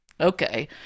okay